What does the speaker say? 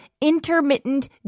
intermittent